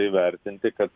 įvertinti kad